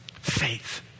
Faith